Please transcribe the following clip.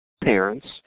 parents